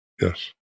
Yes